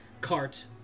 cart